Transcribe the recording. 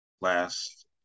Last